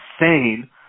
insane